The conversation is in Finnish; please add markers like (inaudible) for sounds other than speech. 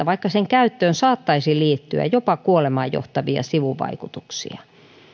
(unintelligible) vaikka sen käyttöön saattaisi liittyä jopa kuolemaan johtavia sivuvaikutuksia